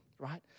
right